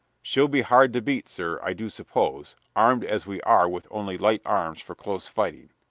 she'll be hard to beat, sir, i do suppose, armed as we are with only light arms for close fighting.